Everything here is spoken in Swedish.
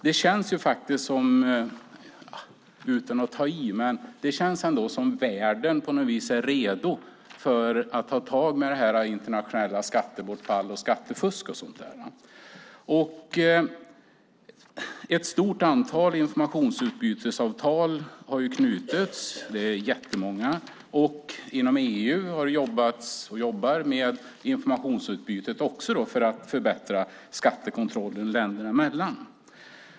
Det känns faktiskt, utan att ta i, som att världen nu är redo att internationellt ta tag i skattebortfallet och skattefusket. Ett stort antal informationsutbytesavtal har knutits. Inom EU har man också jobbat och jobbar med informationsutbyte för att förbättra skattekontrollen länderna emellan.